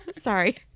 sorry